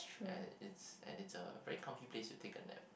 ya it's and it's a very comfy place to take a nap